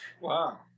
Wow